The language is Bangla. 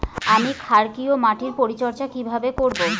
আমি ক্ষারকীয় মাটির পরিচর্যা কিভাবে করব?